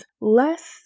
less